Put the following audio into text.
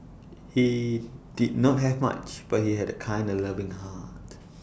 he did not have much but he had A kind and loving heart